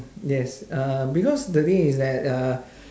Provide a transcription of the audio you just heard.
yes uh because the thing is that uh